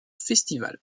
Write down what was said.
festival